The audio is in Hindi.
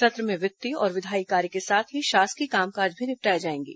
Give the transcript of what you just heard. सत्र में वित्तीय और विधायी कार्य के साथ ही शासकीय कामकाज भी निपटाए जाएंगे